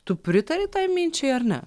tu pritari minčiai ar ne